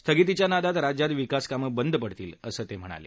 स्थगितीच्या नादात राज्यात विकासकामं बंद पडतील असं ते म्हणाले